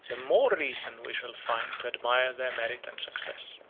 the more reason we shall find to admire their merit and success.